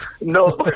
No